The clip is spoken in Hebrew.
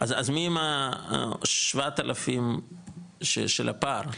אז אם 7,000 של הפער.